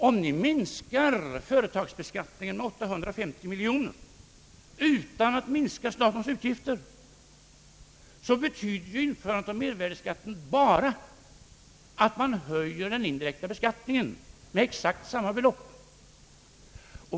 Om ni minskar företagsbeskattningen med 850 miljoner utan att samtidigt minska statens utgifter, så betyder ett införande av mervärdeskatt bara att ni måste höja den indirekta beskattningen med exakt samma belopp.